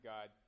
God